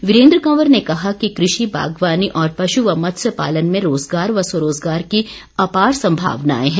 वीरेन्द्र कंवर ने कहा कि कृषि बागवानी और पश् व मत्स्य पालन में रोजगार व स्वरोजगार की अपार संभावनाएं हैं